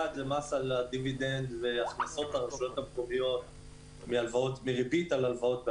אחד זה מס על הדיבידנד והכנסות הרשויות המקומיות מריבית על הלוואות.